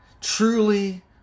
truly